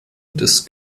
des